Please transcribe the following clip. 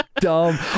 dumb